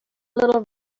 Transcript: little